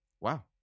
Wow